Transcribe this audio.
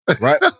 right